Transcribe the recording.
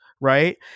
right